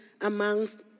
amongst